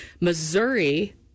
Missouri